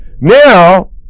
now